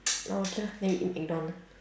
oh okay lah then we eat mcdonald